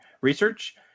research